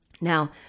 Now